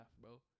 bro